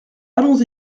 allons